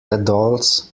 adults